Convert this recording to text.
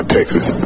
Texas